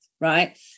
right